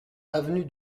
avenue